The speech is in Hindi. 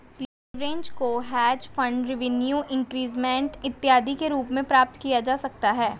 लेवरेज को हेज फंड रिवेन्यू इंक्रीजमेंट इत्यादि के रूप में प्राप्त किया जा सकता है